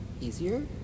easier